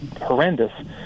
horrendous